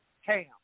ham